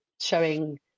showing